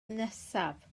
nesaf